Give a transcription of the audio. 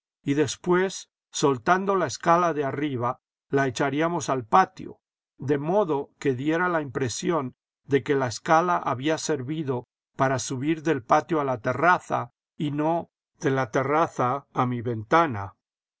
y después soltando la escala de arriba la echaríamos al patio de modo que diera la impresión de que la escala había servido para subir del patio a la terraza y no de la terraza a mi ventana